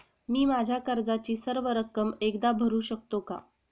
मी माझ्या कर्जाची सर्व रक्कम एकदा भरू शकतो का?